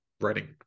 writing